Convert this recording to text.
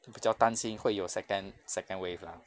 比较担心会有 second second wave lah